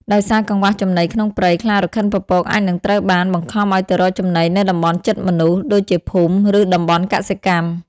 ដោយសារកង្វះចំណីក្នុងព្រៃ ខ្លារខិនពពកអាចនឹងត្រូវបាន បង្ខំឲ្យទៅរកចំណីនៅតំបន់ជិតមនុស្ស ដូចជាភូមិ ឬតំបន់កសិកម្ម។